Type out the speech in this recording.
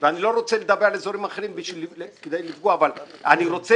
ואני לא רוצה לדבר על אזורים אחרים כדי לא לפגוע אבל אני רוצה